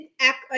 act